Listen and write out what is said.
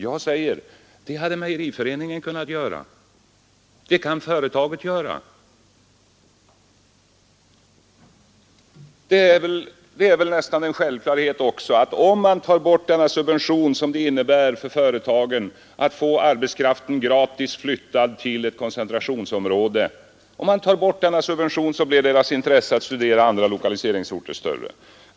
Jag säger: Det hade mejeriföreningen kunnat göra, det kan företagen göra. Det är väl nästan en självklarhet också att om man tar bort denna subvention som det innebär för företagen att få arbetskraften gratis flyttad till ett koncentrationsområde, så blir företagens intresse av att studera andra lokaliseringsorter större.